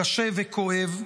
קשה וכואב.